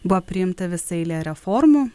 buvo priimta visa eilė reformų